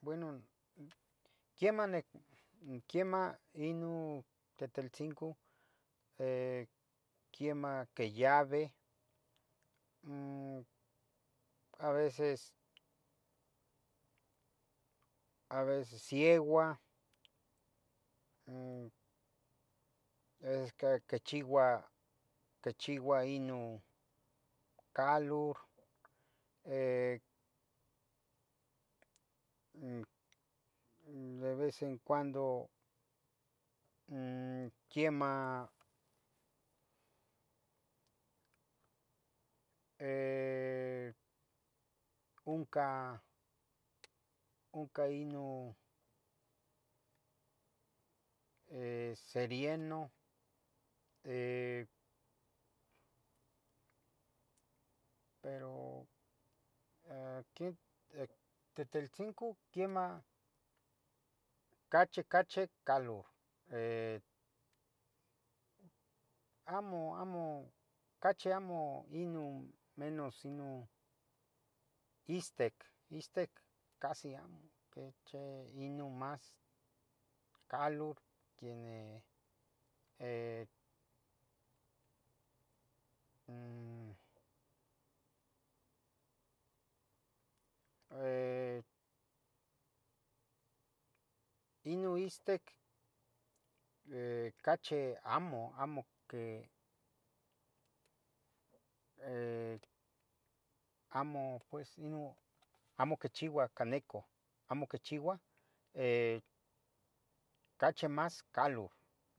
Bueno, quiemah, quiemah inun, Tetelcingo, quiemah, queyaveh, a veces, a veces. siewa, esque quechiua, quechiua inun calur. de vez en cuando, quiemah, unca. unca inun serienoh, pero, aqui Tetelcingo. quiemah, cache, cache calur, amo, amo, cachi. amo inun menus inun istec, istec, case amo, teche. inun mas calur quiene, inun istec, cachi. amo, amo que, amo pues inun, amo quichiua canecu. amo quechiuah, cachi mas calur,